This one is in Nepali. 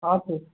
हजुर